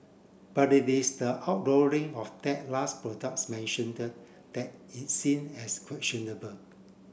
but it is the outlawing of that last products mentioned the that is seen as questionable